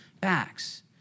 backs